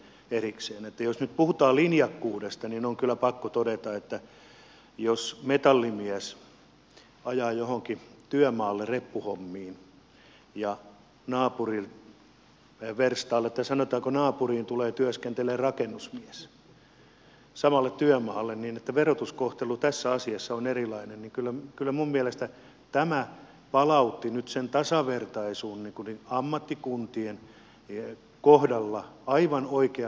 jos nyt puhutaan linjakkuudesta niin on kyllä pakko todeta että jos metallimies ajaa jollekin työmaalle reppuhommiin ja naapuriin tulee työskentelemään rakennusmies samalle työmaalle niin että verotuskohtelu tässä asiassa on erilainen niin kyllä minun mielestäni tämä palautti nyt sen tasavertaisuuden ammattikuntien kohdalla aivan oikealle tasolle